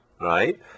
right